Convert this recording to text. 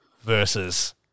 versus